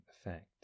effect